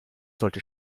sollte